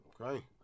Okay